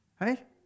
right